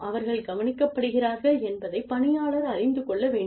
அவர்கள் கவனிக்கப்படுகிறார்கள் என்பதை பணியாளர் அறிந்து கொள்ள வேண்டும்